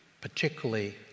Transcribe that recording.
particularly